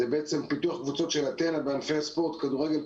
זה פיתוח קבוצות של "אתנה" בענפי ספורט: כדורגל,